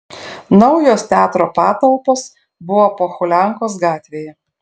naujos teatro patalpos buvo pohuliankos gatvėje